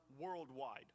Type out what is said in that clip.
worldwide